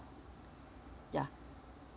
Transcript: ya